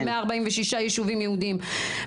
146 ישובים יהודיים.